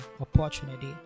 opportunity